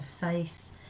face